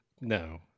No